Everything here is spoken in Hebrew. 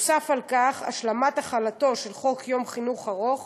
נוסף על כך, השלמת החלתו של חוק יום חינוך ארוך